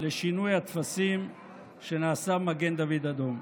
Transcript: לשינוי הטפסים שנעשה במגן דוד אדום.